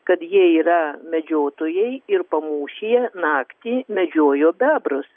kad jie yra medžiotojai ir pamūšyje naktį medžiojo bebrus